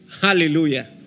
Hallelujah